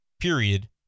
period